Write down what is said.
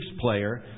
player